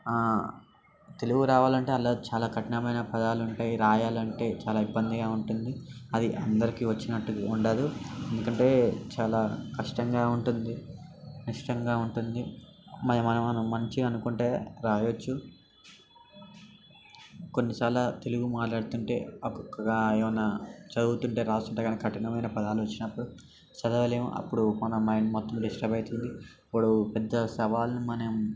తెలుగు రావాలంటే అందులో చాలా కఠినమైన పదాలు ఉంటాయి వ్రాయాలంటే చాలా ఇబ్బందిగా ఉంటుంది అది అందరికీ వచ్చినట్టు ఉండదు ఎందుకంటే చాలా కష్టంగా ఉంటుంది ఇష్టంగా ఉంటుంది మరి మనం మంచిగా అనుకుంటే వ్రాయచ్చు కొన్నిసార్లు తెలుగు మాట్లాడుతుంటే ఒక్కొక్క ఏమైనా చదువుతుంటే వ్రాస్తుంటే కనుక కఠినమైన పదాలు వచ్చినప్పుడు చదవలేము అప్పుడు మన మైండ్ మొత్తం డిస్టర్బ్ అవుతుంది ఇప్పుడు పెద్ద సవాల్ని మనం